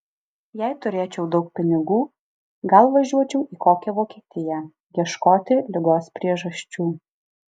jei turėčiau daug pinigų gal važiuočiau į kokią vokietiją ieškoti ligos priežasčių